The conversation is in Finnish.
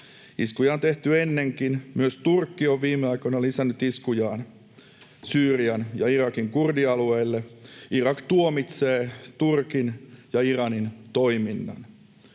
Iskuja on tehty ennenkin. Myös Turkki on viime aikoina lisännyt iskujaan Syyrian ja Irakin kurdialueille. Irak tuomitsee Turkin ja Iranin toiminnan.